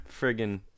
friggin